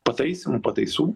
pataisymų pataisų